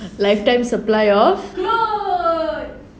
lifetime supply of